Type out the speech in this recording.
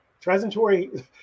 transitory